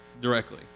directly